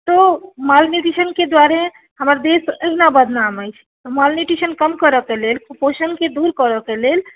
तऽ मालनूट्रिशनके दुआरे हमर देश ओहिना बदनाम अछि मालनूट्रिशन कम करैके लेल कुपोषणके दूर करऽके लेल